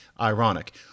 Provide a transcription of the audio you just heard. ironic